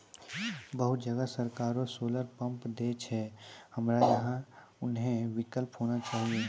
बहुत जगह सरकारे सोलर पम्प देय छैय, हमरा यहाँ उहो विकल्प होना चाहिए?